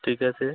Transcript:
ঠিক আছে